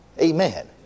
Amen